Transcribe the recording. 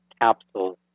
capsules